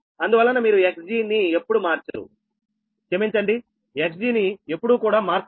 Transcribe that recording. అందువలన మీరు Xg ని ఎప్పుడు మార్చరు